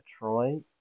Detroit